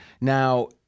Now